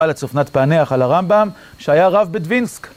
לצופנת פענח על הרמב'ם שהיה רב בדווינסק.